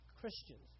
Christians